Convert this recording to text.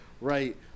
Right